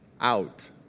out